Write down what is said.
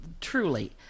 truly